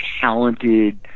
talented